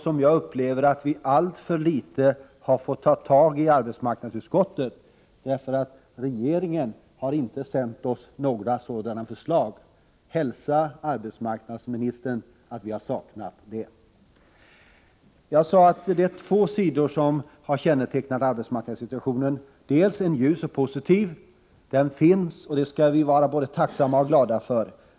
Som jag upplever det, har vi alltför litet fått ta tag i dem i arbetsmarknadsutskottet för regeringen har inte sänt oss några sådana förslag. Hälsa arbetsmarknadsministern att vi har saknat det! Jag sade att arbetsmarknadssituationen kännetecknas av två saker. Att det finns en ljus och positiv sida skall vi vara både tacksamma och glada för.